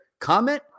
comment